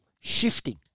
Shifting